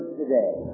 today